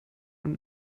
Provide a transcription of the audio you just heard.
und